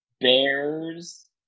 Bears